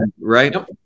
right